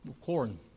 corn